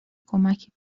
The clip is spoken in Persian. کمکی